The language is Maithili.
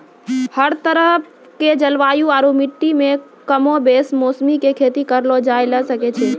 हर तरह के जलवायु आरो मिट्टी मॅ कमोबेश मौसरी के खेती करलो जाय ल सकै छॅ